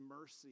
mercy